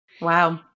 Wow